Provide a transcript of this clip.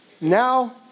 Now